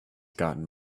gotten